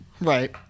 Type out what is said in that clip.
right